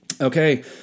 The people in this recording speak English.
Okay